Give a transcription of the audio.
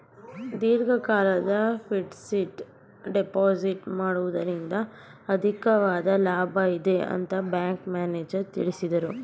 ದೀರ್ಘಕಾಲದ fixed deposit ಮಾಡುವುದರಿಂದ ಅಧಿಕವಾದ ಲಾಭ ಇದೆ ಅಂತ ಬ್ಯಾಂಕ್ ಮ್ಯಾನೇಜರ್ ತಿಳಿಸಿದರು